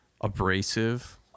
abrasive